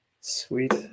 Sweet